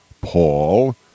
paul